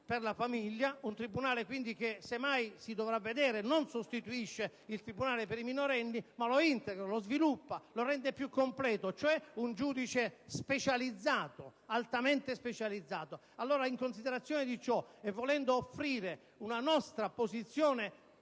per la famiglia: un tribunale quindi che, se mai si dovrà vedere, non sostituisce il tribunale per i minorenni ma lo integra, lo sviluppa, lo rende più completo, cioè un giudice altamente specializzato. In considerazione di ciò e volendo offrire una nostra posizione